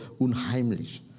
unheimlich